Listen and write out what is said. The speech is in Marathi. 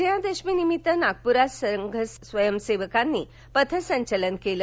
विजयादशमीनिमित्त नागप्रात संघ स्वयंसेवकांनी पथसंचलन केलं